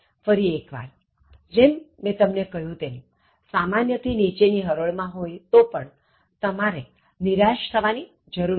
ફરી એક વારજેમ મેં તમને કહ્યું તેમતમે સામાન્ય થી નીચે ની હરોળ માં હોય તો પણ તમારે નિરાશ થવાની જરુર નથી